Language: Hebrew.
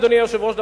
אדוני היושב-ראש,